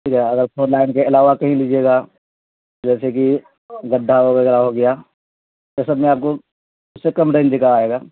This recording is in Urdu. ٹھیک ہے اگر فور لائن کے علاوہ کہیں لیجیے گا جیسے کہ گڈھا وغیرہ ہو گیا یہ سب میں آپ کو اس سے کم رینج ل کا آئے گا